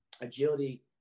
agility